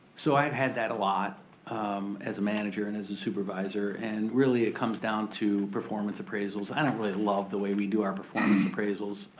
so i've had that a lot um as a manager and as a supervisor. and really it comes down to performance appraisals. i don't really love the way we do our performance appraisals,